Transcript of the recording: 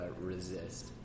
resist